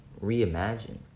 reimagine